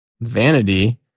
vanity